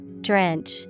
Drench